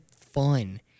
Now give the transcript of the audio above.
fun